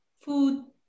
food